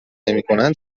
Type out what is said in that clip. نمیکنند